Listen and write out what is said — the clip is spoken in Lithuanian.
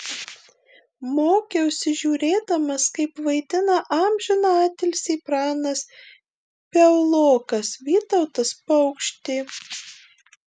mokiausi žiūrėdamas kaip vaidina amžiną atilsį pranas piaulokas vytautas paukštė